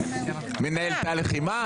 מנהל תא לחימה?